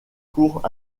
cours